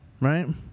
right